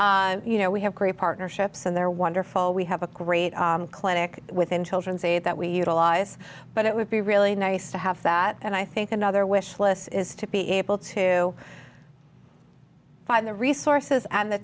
you know we have great partnerships and they're wonderful we have a great clinic within children say that we utilize but it would be really nice to have that and i think another wishless is to be able to five the resources and th